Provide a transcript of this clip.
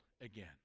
again